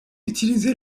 utilisé